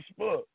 Facebook